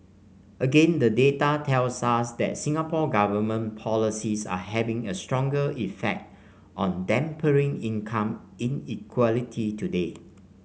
again the data tells us that Singapore Government policies are having a stronger effect on dampening income inequality today